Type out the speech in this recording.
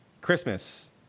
Christmas